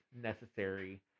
necessary